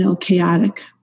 chaotic